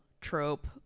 trope